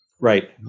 Right